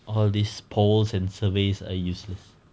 all these polls and surveys are useless